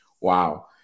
Wow